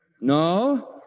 No